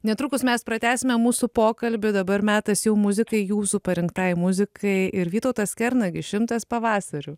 netrukus mes pratęsime mūsų pokalbį dabar metas jau muzikai jūsų parinktai muzikai ir vytautas kernagis šimtas pavasarių